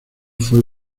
fue